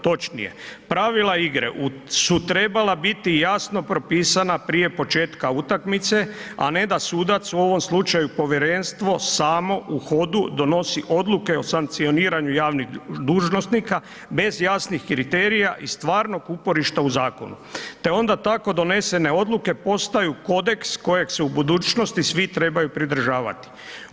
Točnije, pravila igre su trebala biti jasno propisana prije početka utakmice, a ne da sudac u ovom slučaju povjerenstvo samo u hodu donosi odluke o sankcioniranju javnih dužnosnika bez jasnih kriterija i stvarnog uporišta u zakonu, te onda tako donesene odluke postaju kodeks kojeg se u budućnosti svi trebaju pridržavati.